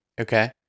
Okay